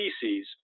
species